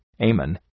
Amen